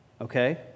okay